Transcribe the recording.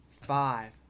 five